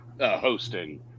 hosting